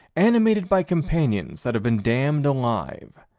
animated by companions that have been damned alive.